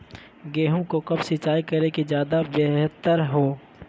गेंहू को कब सिंचाई करे कि ज्यादा व्यहतर हो?